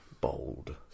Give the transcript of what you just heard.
Bold